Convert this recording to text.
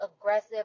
aggressive